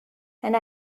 and